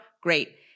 Great